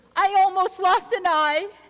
i almost lost an eye.